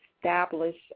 establish